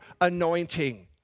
anointing